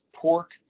pork